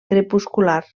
crepuscular